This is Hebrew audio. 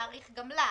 להאריך גם לה.